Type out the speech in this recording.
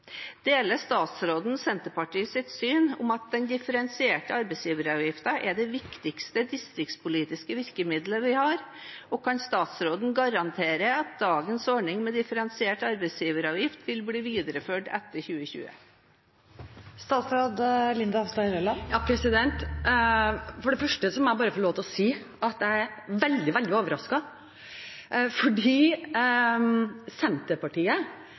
Deler statsråden Senterpartiets syn om at den differensierte arbeidsgiveravgiften er det viktigste distriktspolitiske virkemidlet vi har? Og kan statsråden garantere at dagens ordning med differensiert arbeidsgiveravgift vil bli videreført etter 2020? For det første må jeg bare få lov til å si at jeg er veldig, veldig overrasket, fordi Senterpartiet